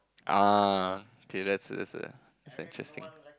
ah okay that's that's err that's interesting